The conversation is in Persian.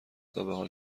تابحال